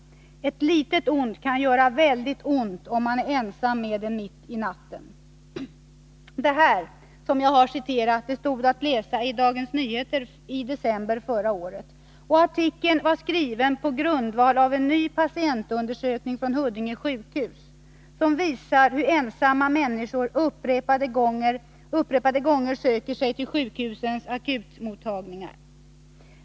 Ett litet ont kan göra väldigt ont om man är ensam med det mitt i natten.” Så stod det att läsa i Dagens Nyheter i december förra året. Artikeln var skriven på grundval av en ny patientundersökning från Huddinge sjukhus, som visar hur ensamma människor vid upprepade tillfällen söker sig till sjukhusens akutmottagningar.